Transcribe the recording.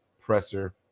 presser